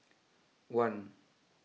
one